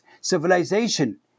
civilization